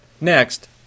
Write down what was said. Next